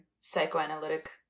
psychoanalytic